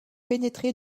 pénétré